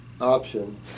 option